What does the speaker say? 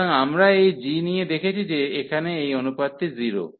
সুতরাং আমরা এই g নিয়ে দেখেছি যে এখানে এই অনুপাতটি 0